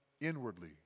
inwardly